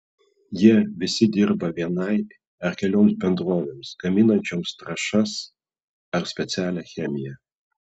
jie visi dirba vienai ar kelioms bendrovėms gaminančioms trąšas ar specialią chemiją